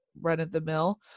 run-of-the-mill